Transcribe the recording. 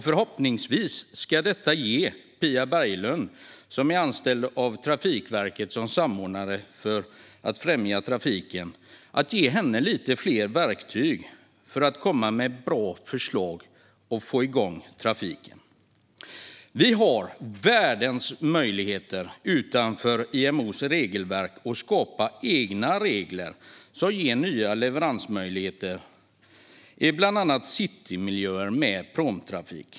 Förhoppningsvis ska det ge Pia Berglund, som är anställd av Trafikverket som samordnare för att främja trafiken, lite fler verktyg så att hon kan komma med bra förslag och få igång trafiken. Vi har världens möjlighet att utanför IMO:s regelverk skapa egna regler som ger nya leveransmöjligheter med pråmtrafik, bland annat i citymiljöer.